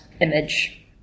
image